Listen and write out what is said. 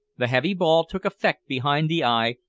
the heavy ball took effect behind the eye,